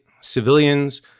civilians